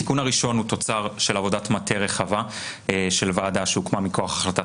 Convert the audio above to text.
התיקון הראשון הוא תוצר של עבודת מטה רחבה של ועדה שהוקמה מכוח החלטת